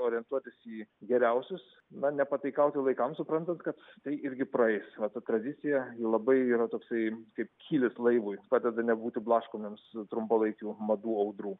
orientuotis į geriausius na nepataikauti laikams suprantant kad tai irgi praeis va ta tradicija ji labai yra toksai kaip kylis laivui padeda nebūti blaškomiems trumpalaikių madų audrų